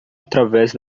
através